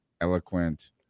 eloquent